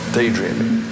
daydreaming